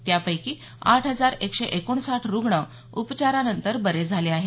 त्यापैकी आठ हजार एकशे एकोणसाठ रुग्ण उपचारानंतर बरे झाले आहेत